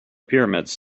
pyramids